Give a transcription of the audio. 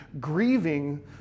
grieving